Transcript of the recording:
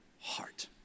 heart